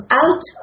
out